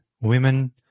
women